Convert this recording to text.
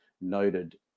noted